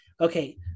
Okay